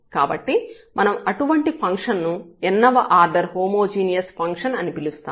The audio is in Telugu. కాబట్టి మనం అటువంటి ఫంక్షన్ ను n వ ఆర్డర్ హోమోజీనియస్ ఫంక్షన్ అని పిలుస్తాము